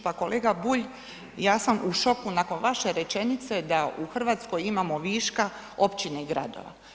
Pa kolega Bulj, ja sam u šoku naše rečenice da u Hrvatskoj imamo viška općina i gradova.